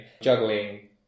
juggling